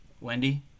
Wendy